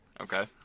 Okay